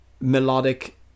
melodic